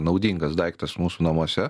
naudingas daiktas mūsų namuose